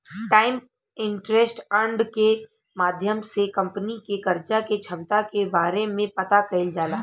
times interest earned के माध्यम से कंपनी के कर्जा के क्षमता के बारे में पता कईल जाला